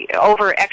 over